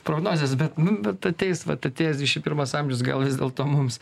prognozės bet nu bet ateis vat atėjęs dvidešim pirmas amžius gal vis dėlto mums